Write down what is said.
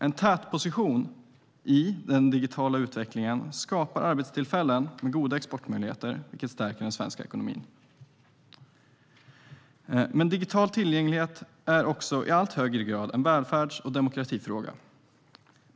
En tätposition i den digitala utvecklingen skapar arbetstillfällen med goda exportmöjligheter, vilket stärker den svenska ekonomin, men digital tillgänglighet är också i allt högre grad en välfärds och demokratifråga.